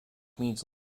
means